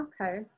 Okay